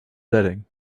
setting